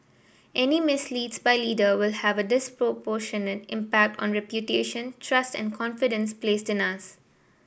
any misdeeds by leader will have a disproportionate impact on reputation trust and confidence placed in us